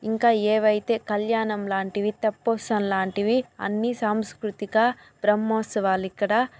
ఇంకా ఏవైతే కళ్యాణం లాంటివి తెప్పోత్సవం లాంటివి అన్ని సాంస్కృతిక బ్రహ్మోత్సవాలు ఇక్కడ